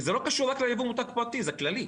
זה לא קשור רק לייבוא מותג פרטי, זה כללי.